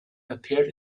appeared